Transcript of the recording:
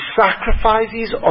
sacrifices